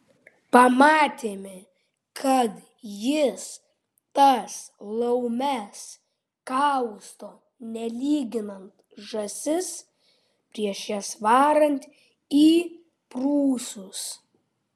pamatėme kad jis tas laumes kausto nelyginant žąsis prieš jas varant į prūsus